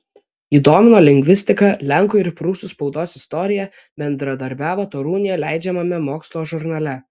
jį domino lingvistika lenkų ir prūsų spaudos istorija bendradarbiavo torūnėje leidžiamame mokslo žurnale